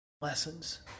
lessons